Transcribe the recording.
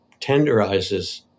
tenderizes